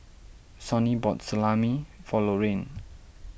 Sonny bought Salami for Lorraine